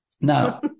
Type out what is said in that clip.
Now